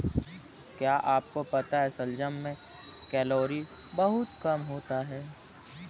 क्या आपको पता है शलजम में कैलोरी बहुत कम होता है?